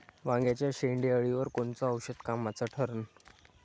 वांग्याच्या शेंडेअळीवर कोनचं औषध कामाचं ठरन?